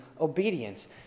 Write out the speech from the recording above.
obedience